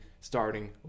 starting